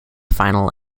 final